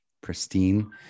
pristine